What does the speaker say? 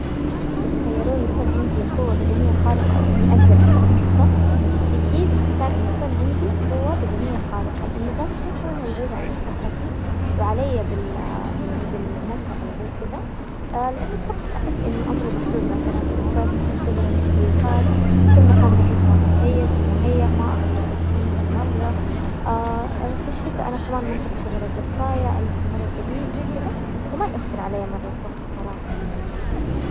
اذا خيروني يكون عندي قوة بدنية خارقة او اني اقدر اتحكم في الطقس، اكيد هختار ان يكون عندي قوة بدنية خارقة، لان ذا الشي هو اللي حيعود على صحتي وعلي يعني بالنفع وزي كذا، لانه الطقس احس انه عمره محلول مثلا في الصيف نحن نشغل المكيف، كل مكان دحين صار مكيف ومهيأ، ما اخرج في الشمس مرة، في الشتا انا كمان ممكن اشغل الدفاية، البس مرة ثقيل زي كذا، فما يأثر علي مرة الطقس صراحة.